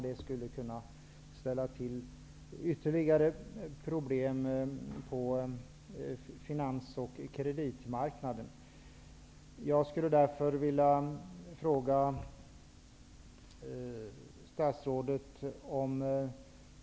Det skulle kunna ställa till ytterligare problem på finans och kreditmarknaden.